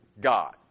God